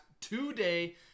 today